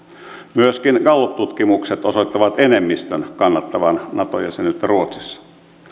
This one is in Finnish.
myöskin galluptutkimukset osoittavat enemmistön kannattavan nato jäsenyyttä ruotsissa ei ole